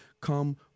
Come